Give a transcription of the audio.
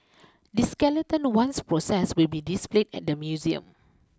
the skeleton once processed will be displayed at the museum